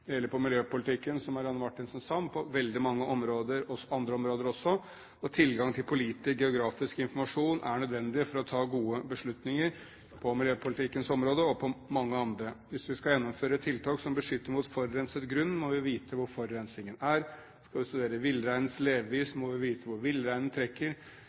Det gjelder for miljøpolitikken, som Marianne Marthinsen sa, og på veldig mange andre områder også. Tilgang til pålitelig geografisk informasjon er nødvendig for å ta gode beslutninger på miljøpolitikkens område og på mange andre områder. Hvis vi skal gjennomføre tiltak som beskytter mot forurenset grunn, må vi vite hvor forurensningen er. Skal vi studere villreinens levevis, må vi vite hvor villreinen trekker.